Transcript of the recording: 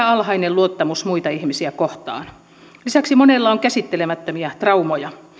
alhainen luottamus muita ihmisiä kohtaan lisäksi monella on käsittelemättömiä traumoja